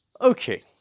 Okay